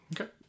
okay